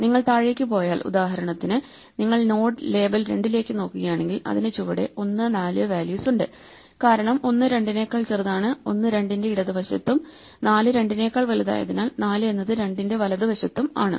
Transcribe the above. നിങ്ങൾ താഴേക്ക് പോയാൽ ഉദാഹരണത്തിന് നിങ്ങൾ നോഡ് ലേബൽ രണ്ടിലേക്ക് നോക്കുകയാണെങ്കിൽ അതിന് ചുവടെ 1 4 വാല്യൂസ് ഉണ്ട് കാരണം 1 2 നെക്കാൾ ചെറുതാണ് 1 2 ന്റെ ഇടതുവശത്തും 4 2 നെക്കാൾ വലുതായതിനാൽ 4 എന്നത് 2 ന്റെ വലത് വശത്തും ആണ്